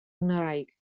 ngwraig